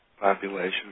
population